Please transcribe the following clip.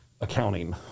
accounting